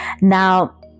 Now